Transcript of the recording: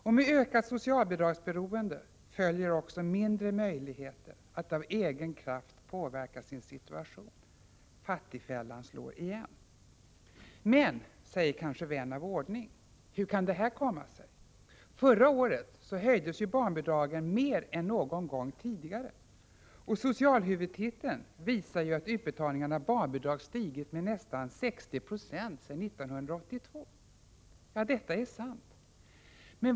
Och med ökat socialbidragsberoende följer också mindre möjligheter att av egen kraft påverka sin situation. Fattigfällan slår igen. Men, säger kanske vän av ordning, hur kan det här komma sig? Förra året höjdes ju barnbidragen mer än någon gång tidigare, och socialhuvudtiteln visar att utbetalningarna av barnbidrag stigit med nästan 60 26 sedan 1982. Detta är sant.